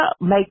make